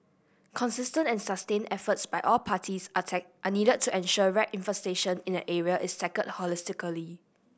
consistent and sustained efforts by all parties are are needed to ensure rat infestation in an area is tackled holistically